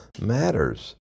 matters